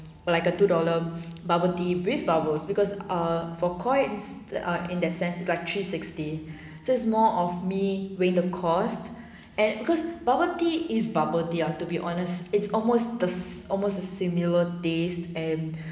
like a two dollar bubble tea with bubbles because ah for koi that are in that sense like three sixty just more of me weigh the cost and because bubble tea is bubble tea I've to be honest it's almost the almost similar taste and